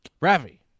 Ravi